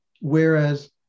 whereas